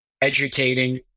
educating